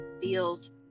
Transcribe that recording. feels